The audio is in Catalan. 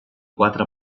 quatre